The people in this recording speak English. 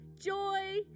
joy